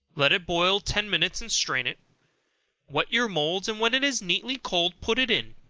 let it boil ten minutes and strain it wet your moulds, and when it is nearly cold put it in